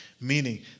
Meaning